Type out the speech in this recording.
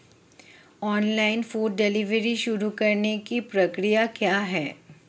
Online food delivery शुरू करने की प्रक्रिया क्या है?